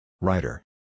Writer